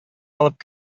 алып